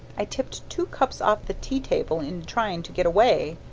i tipped two cups off the tea table in trying to get away.